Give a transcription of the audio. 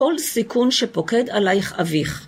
כל סיכון שפוקד עלייך אביך.